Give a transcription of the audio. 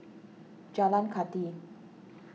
Jalan Kathi